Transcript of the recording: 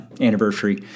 anniversary